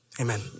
amen